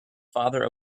father